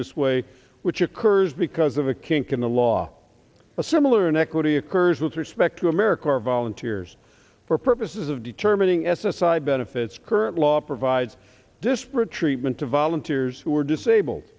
this way which occurs because of a kink in the law a similar inequity occurs with respect to america or volunteers for purposes of determining s s i benefits current law provides disparate treatment to volunteers who are disabled